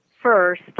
first